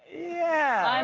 yeah. um